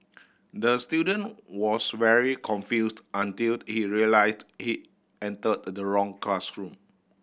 the student was very confused until he realised he entered the wrong classroom